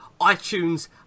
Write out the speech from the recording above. iTunes